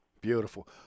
beautiful